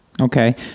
Okay